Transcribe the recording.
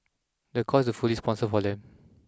the course is also fully sponsored for them